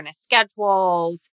schedules